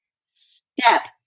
step